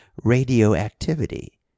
radioactivity